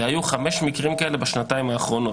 והיו חמישה מקרים כאלה בשנתיים האחרונות,